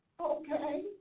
okay